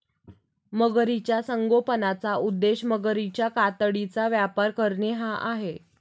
मगरीच्या संगोपनाचा उद्देश मगरीच्या कातडीचा व्यापार करणे हा आहे